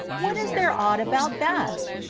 what is there odd about that?